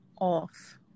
off